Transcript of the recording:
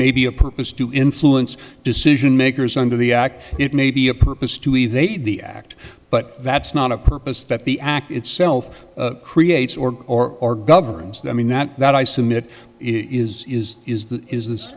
may be a purpose to influence decision makers under the act it may be a purpose to evade the act but that's not a purpose that the act itself creates or or or governs the i mean not that i submit is is is the is